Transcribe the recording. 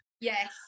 yes